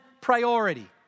priority